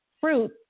fruit